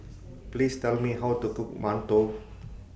Please Tell Me How to Cook mantou